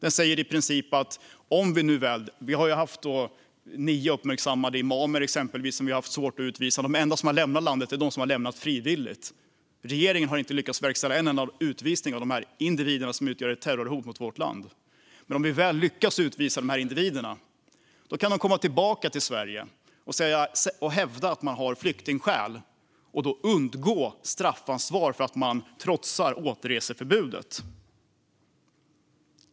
Exempelvis handlar det om nio uppmärksammade imamer, som vi har haft svårt att utvisa. De enda som har lämnat landet är de som har gjort det frivilligt. Regeringen har inte lyckats verkställa en enda utvisning av de individer som utgör ett terrorhot mot vårt land. Och om vi väl lyckas utvisa de här individerna kan de komma tillbaka till Sverige och hävda att de har flyktingskäl och då undgå straffansvar för att de trotsar återreseförbudet.